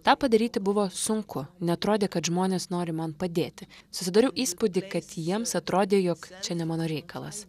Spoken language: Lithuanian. tą padaryti buvo sunku neatrodė kad žmonės nori man padėti susidariau įspūdį kad jiems atrodė jog čia ne mano reikalas